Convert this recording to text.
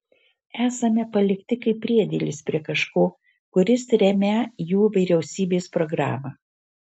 esame palikti kaip priedėlis prie kažko kuris remią jų vyriausybės programą